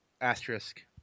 Asterisk